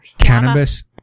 cannabis